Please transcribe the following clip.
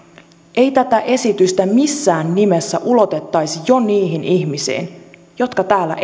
ei tätä esitystä missään nimessä ulotettaisi niihin ihmisiin jotka täällä